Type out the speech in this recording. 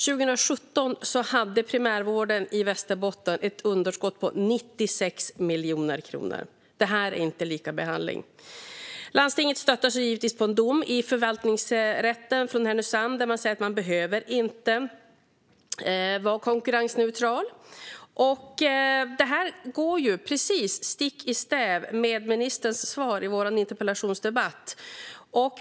År 2017 hade primärvården i Västerbotten ett underskott på 96 miljoner kronor. Det är inte likabehandling. Landstinget stöttar sig givetvis på en dom från Förvaltningsrätten i Härnösand där det sägs att man inte behöver vara konkurrensneutral. Det här går precis stick i stäv med ministerns svar i interpellationsdebatten.